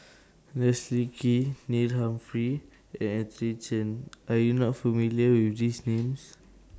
Leslie Kee Neil Humphreys and Anthony Chen Are YOU not familiar with These Names